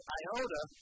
iota